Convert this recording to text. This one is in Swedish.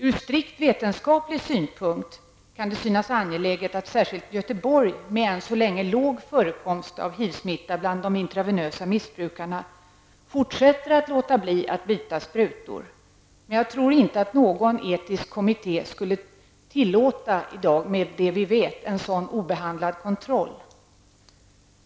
Ur strikt vetenskaplig synpunkt kan det synas angeläget att särskilt Göteborg, med en så länge låg förekomst av HIV-smitta bland dem som missbrukar intravenöst, fortsätter att låta bli att byta sprutor. Men jag tror inte att någon etisk kommitté, mot bakgrund av det vi vet, skulle tillåta en sådan obehandlad kontrollgrupp.